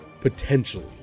Potentially